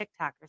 TikTokers